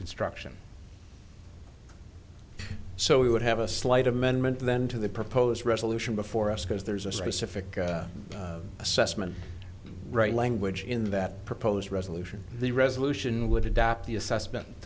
construction so we would have a slight amendment then to the proposed resolution before us because there's a specific assessment right language in that proposed resolution the resolution would adopt the